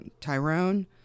Tyrone